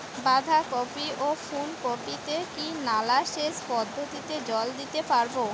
বাধা কপি ও ফুল কপি তে কি নালা সেচ পদ্ধতিতে জল দিতে পারবো?